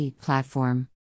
platform